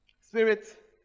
spirit